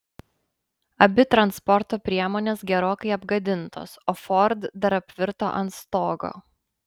abi transporto priemonės gerokai apgadintos o ford dar apvirto ant stogo